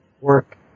work